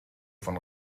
von